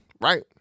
Right